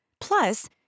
Plus